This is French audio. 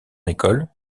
école